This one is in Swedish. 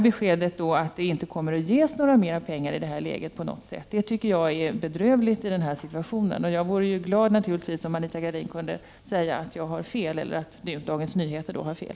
Beskedet att det inte kommer att ges mera pengar är bedrövligt i den här situationen, och jag vore glad om Anita Gradin kunde säga att jag har fel eller att Dagens Nyheter har fel.